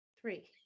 Three